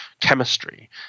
chemistry